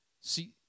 See